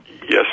Yes